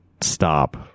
stop